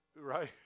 Right